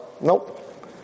Nope